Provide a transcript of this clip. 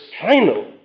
final